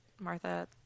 Martha